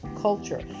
culture